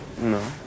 No